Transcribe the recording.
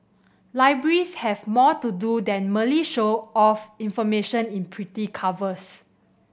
libraries have more to do than merely show off information in pretty covers